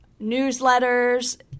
newsletters